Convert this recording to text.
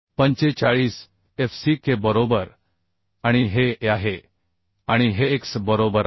45 f c k बरोबर आणि हे a आहे आणि हे x बरोबर आहे